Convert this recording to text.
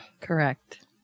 Correct